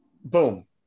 boom